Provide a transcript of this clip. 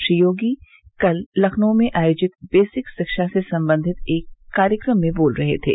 श्री योगी कल लखनऊ में आयोजित बेसिक शिक्षा से संबंधित एक कार्यक्रम में बोल रहे थे